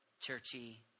churchy